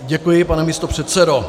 Děkuji, pane místopředsedo.